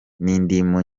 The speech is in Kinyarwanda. n’indimu